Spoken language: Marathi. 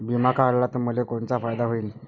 बिमा काढला त मले कोनचा फायदा होईन?